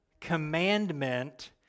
commandment